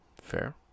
Fair